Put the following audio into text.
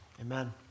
Amen